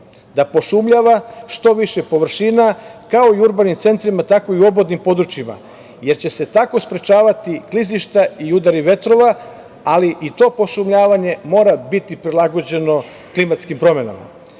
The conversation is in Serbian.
da pošumljava što više površina kako i urbanim centrima, tako i u obodnim područjima, jer će se tako sprečavati klizišta i udari vetrova, ali i to pošumljavanje mora biti prilagođeno klimatskim promenama. Naravno